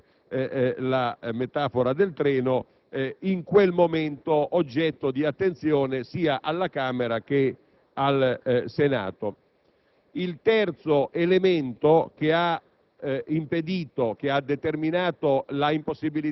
introdurre sul veicolo tutti i vagoni, per continuare con la metafora del treno, in quel momento oggetto di attenzione sia alla Camera sia al Senato.